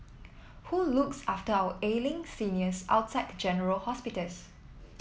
who looks after our ailing seniors outside general hospitals